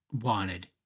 wanted